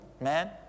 man